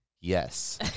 Yes